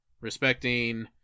Respecting